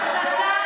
אתם